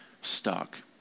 stuck